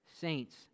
saints